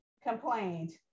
complained